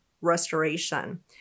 restoration